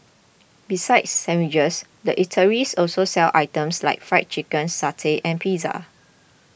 besides sandwiches the eateries also sell items like Fried Chicken satay and pizza